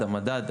למדד,